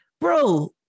Bro